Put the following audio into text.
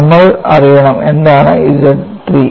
നമ്മൾ അറിയണം എന്താണ് ZIII